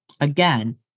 Again